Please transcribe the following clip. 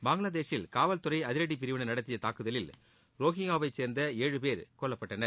பங்களாதேஷில் காவல்துறையின் அதிரடி பிரிவினர் நடத்திய தாக்குதலில் ரோஹிங்கியாவை சேர்ந்த ஏழு பேர் கொல்லப்பட்டனர்